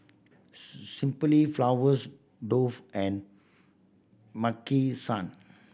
Simply Flowers Dove and Maki San